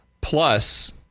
Plus